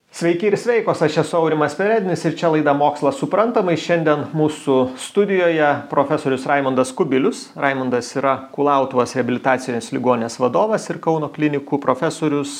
sveiki ir sveikos aš esu aurimas perednis ir čia laida mokslas suprantamai šiandien mūsų studijoje profesorius raimundas kubilius raimundas yra kulautuvos reabilitacijos ligoninės vadovas ir kauno klinikų profesorius